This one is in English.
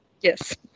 Yes